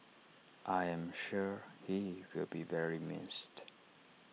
I am sure he will be very missed